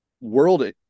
world